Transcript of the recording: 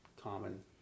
common